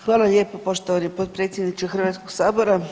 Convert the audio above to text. Hvala lijepo poštovani potpredsjedniče Hrvatskog sabora.